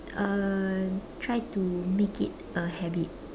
uh try to make it a habit